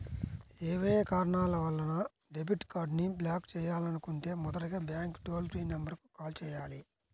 ఏవైనా కారణాల వలన డెబిట్ కార్డ్ని బ్లాక్ చేయాలనుకుంటే మొదటగా బ్యాంక్ టోల్ ఫ్రీ నెంబర్ కు కాల్ చేయాలి